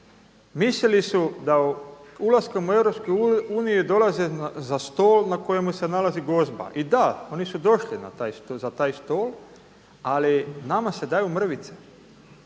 mislili su da ulaskom u Europsku uniju dolaze za stol na kojemu se nalazi gozba. I da, oni su došli za taj stol, ali nama se daju mrvice.